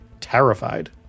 terrified